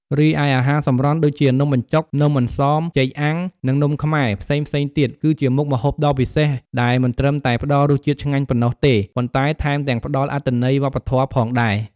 រីឯអាហារសម្រន់ ដូចជានំបញ្ចុក នំអន្សម ចេកអាំង និងនំខ្មែរ ផ្សេងៗទៀត គឺជាមុខម្ហូបដ៏ពិសេស ដែលមិនត្រឹមតែផ្តល់រសជាតិឆ្ងាញ់ប៉ុណ្ណោះទេ ប៉ុន្តែថែមទាំងផ្ដល់អត្ថន័យវប្បធម៌ផងដែរ។